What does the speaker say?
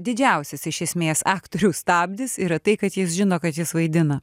didžiausias iš esmės aktorių stabdis yra tai kad jis žino kad jis vaidina